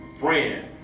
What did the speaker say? friend